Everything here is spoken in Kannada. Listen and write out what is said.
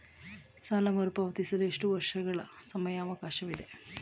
ಸಾಲ ಮರುಪಾವತಿಸಲು ಎಷ್ಟು ವರ್ಷಗಳ ಸಮಯಾವಕಾಶವಿದೆ?